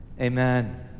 Amen